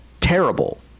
terrible